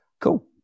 Cool